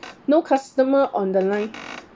no customer on the line